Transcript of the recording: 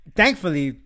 thankfully